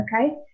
okay